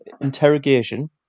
interrogation